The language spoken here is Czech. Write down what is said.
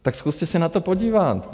Tak zkuste se na to podívat.